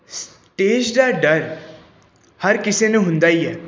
ਸ ਟੇਜ ਦਾ ਡਰ ਹਰ ਕਿਸੇ ਨੂੰ ਹੁੰਦਾ ਹੀ ਹੈ